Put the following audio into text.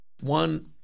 One